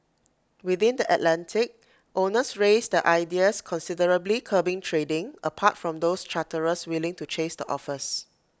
within the Atlantic owners raised their ideas considerably curbing trading apart from those charterers willing to chase the offers